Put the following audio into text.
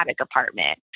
apartment